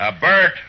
Bert